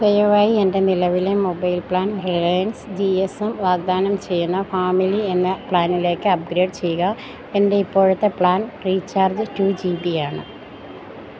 ദയവായി എന്റെ നിലവിലെ mobile plan G S M വാഗ്ദാനം ചെയ്യുന്ന ഫാമിലി എന്ന പ്ലാനിലേക്ക് അപ്ഗ്രേഡ് ചെയ്യുക എന്റെ ഇപ്പോഴത്തെ plan recharge two G B ആണ്